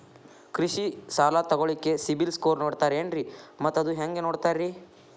ಕೃಷಿ ಸಾಲ ತಗೋಳಿಕ್ಕೆ ಸಿಬಿಲ್ ಸ್ಕೋರ್ ನೋಡ್ತಾರೆ ಏನ್ರಿ ಮತ್ತ ಅದು ಹೆಂಗೆ ನೋಡ್ತಾರೇ?